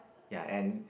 ya and